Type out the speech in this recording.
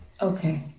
Okay